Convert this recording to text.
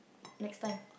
next time